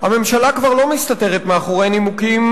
הממשלה כבר לא מסתתרת מאחורי נימוקים